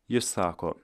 jis sako